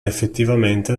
effettivamente